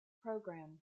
program